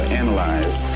analyze